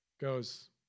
Goes